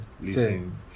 listen